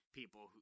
people